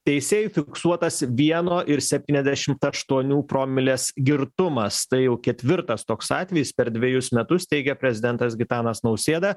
teisėjų fiksuotas vieno ir septyniasdešimt aštuonių promilės girtumas tai jau ketvirtas toks atvejis per dvejus metus teigia prezidentas gitanas nausėda